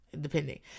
Depending